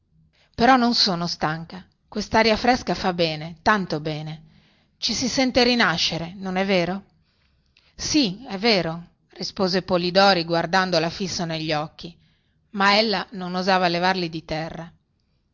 però non sono stanca questaria fresca fa bene tanto bene ci si sente rinascere non è vero sì è vero rispose polidori guardandola fiso negli occhi ma ella non osava levarli di terra